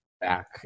back